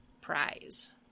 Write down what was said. prize